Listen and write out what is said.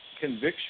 conviction